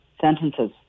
sentences